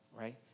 right